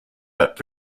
but